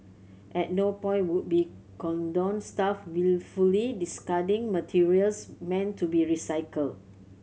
at no point would be condone staff wilfully discarding materials meant to be recycled